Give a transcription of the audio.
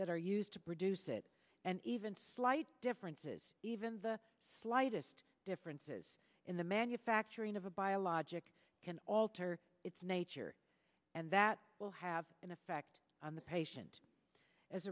that are used to produce it and even slight differences even the slightest differences in the manufacturing of a biologic can alter its nature and that will have an effect on the patient as